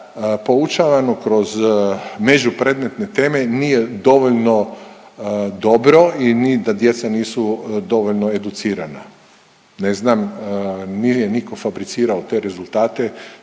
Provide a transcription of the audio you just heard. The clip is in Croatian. poučavano kroz međupredmetne teme nije dovoljno dobro i da djeca nisu dovoljno educirana. Ne znam nije nitko fabricirao te rezultate,